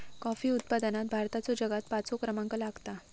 coffee उत्पादनात भारताचो जगात पाचवो क्रमांक लागता